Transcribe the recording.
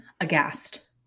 aghast